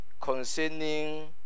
concerning